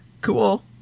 Cool